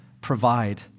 provide